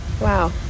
Wow